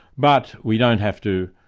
but we don't have to